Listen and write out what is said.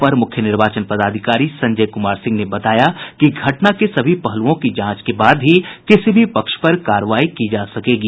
अपर मुख्य निर्वाचन पदाधिकारी संजय कुमार सिंह ने बताया कि घटना के सभी पहलुओं की जांच के बाद ही किसी भी पक्ष पर कार्रवाई की जा सकेगी